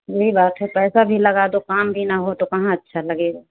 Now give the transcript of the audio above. वही बात है पैसा भी लगा दो काम भी न हो तो कहाँ अच्छा लगेगा